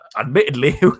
admittedly